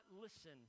listen